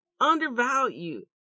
undervalued